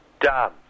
Done